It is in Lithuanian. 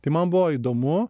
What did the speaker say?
tai man buvo įdomu